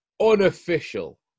unofficial